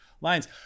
lines